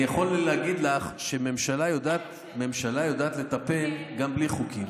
אני יכול להגיד לך שממשלה יודעת לטפל גם בלי חוקים.